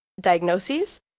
diagnoses